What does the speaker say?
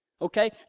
Okay